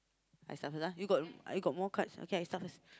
I start first ah you got you got more cards okay I start first